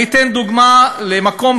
אני אתן דוגמה למקום